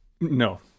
no